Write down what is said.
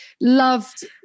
loved